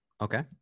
Okay